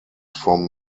from